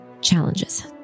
challenges